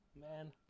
man